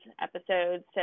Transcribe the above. episodes